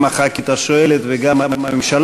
גם חברת הכנסת השואלת וגם הממשלה.